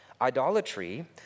Idolatry